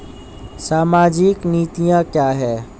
सामाजिक नीतियाँ क्या हैं?